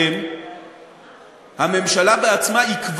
התאריך שהממשלה קבעה, הקודם הממשלה בעצמה עיכבה.